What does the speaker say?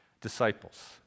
disciples